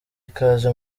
ikaze